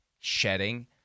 shedding